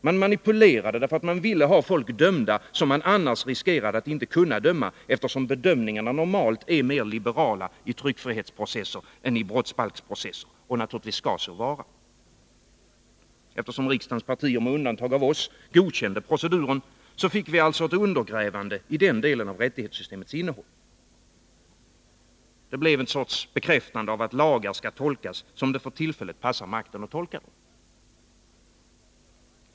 Man manipulerade därför att man ville ha folk dömda, som man annars riskerade att inte kunna döma, eftersom bedömningarna normalt är mer liberala i tryckfrihetsprocesser än i brottsbalksprocesser och naturligtvis skall så vara. Eftersom riksdagens partier med undantag av oss godkände proceduren, fick vi alltså ett undergrävande i den delen av rättighetssystemets innehåll. Det blev en sorts bekräftande av att lagar skall tolkas som det för tillfället passar makten att tolka dem.